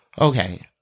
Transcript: Okay